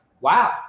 wow